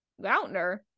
lautner